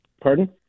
Pardon